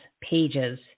pages